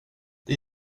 det